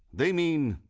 they mean,